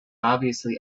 obviously